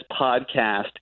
podcast